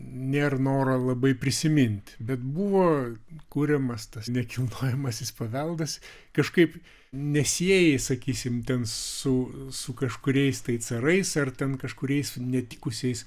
nėr noro labai prisiminti bet buvo kuriamas tas nekilnojamasis paveldas kažkaip nesieji sakysim ten su su kažkuriais tai carais ar ten kažkuriais netikusiais